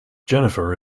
jennifer